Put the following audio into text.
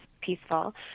peaceful